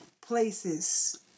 places